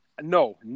No